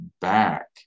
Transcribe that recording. back